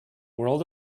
world